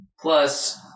Plus